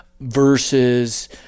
versus